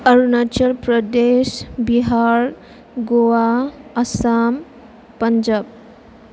अरुनाचल प्रदेस बिहार ग'वा आसाम पान्जाब